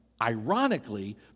ironically